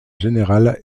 général